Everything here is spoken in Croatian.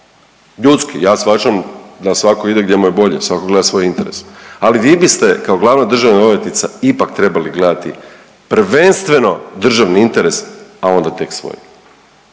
shvaćam da svako ide gdje mu je bolje, svako gleda svoj interes. Ali vi biste kao glavna državna odvjetnica ipak trebali gledati prvenstveno državni interes, a onda tek svoje.